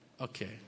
okay